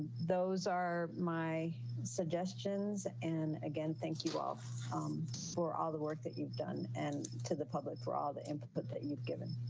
those are my suggestions. and again, thank you all um for all the work that you've done, and to the public for all the input that you've given